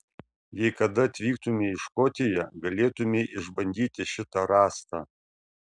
jei kada atvyktumei į škotiją galėtumei išbandyti šitą rąstą